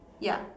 ya